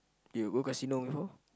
you go casino before